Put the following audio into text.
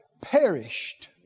perished